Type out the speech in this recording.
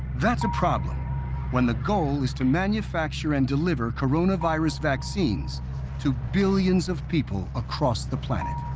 that's a problem when the goal is to manufacture and deliver coronavirus vaccines to billions of people across the planet.